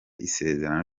isezerano